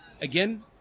Again